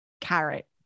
carrot